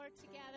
together